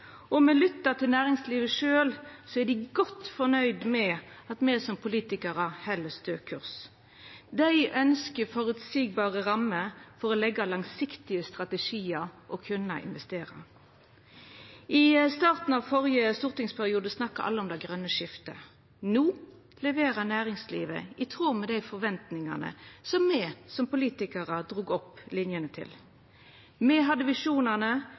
me lyttar til næringslivet sjølv, er dei godt nøgde med at me som politikarar held stø kurs. Dei ønskjer føreseielege rammer for å leggja langsiktige strategiar og for å kunna investera. I starten av den førre stortingsperioden snakka alle om det grøne skiftet. No leverer næringslivet i tråd med dei forventningane som me som politikarar drog opp linjene til. Me hadde visjonane,